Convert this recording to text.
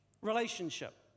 relationship